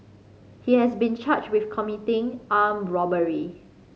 he has been charged with committing armed robbery